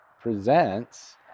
presents